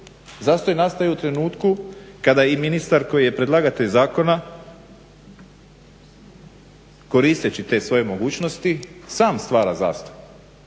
Zastoj nastaje u trenutku kada i ministar koji je predlagatelj zakona koristeći te svoje mogućnosti sam stvara zastoj.